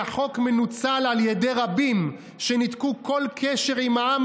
שהחוק מנוצל על ידי רבים שניתקו כל קשר עם העם